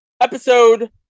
Episode